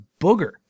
Booger